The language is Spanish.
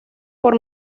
por